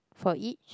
for each